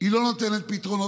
היא לא נותנת מספיק פתרונות.